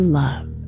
love